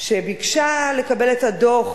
היא ביקשה לקבל את הדוח,